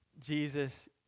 Jesus